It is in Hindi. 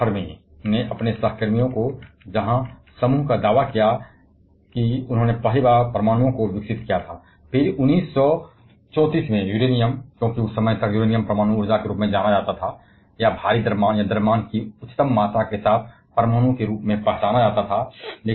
एनरिको फर्मी ने अपने सहकर्मियों को जहां समूह का दावा किया है कि वे पहले परमाणु विकसित कर चुके हैं फिर 1934 में यूरेनियम क्योंकि उस समय तक यूरेनियम परमाणु के रूप में जाना जाता था या भारी द्रव्यमान या उच्चतम राशि वाले परमाणु के रूप में पहचाना जाता था